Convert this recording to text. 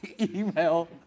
email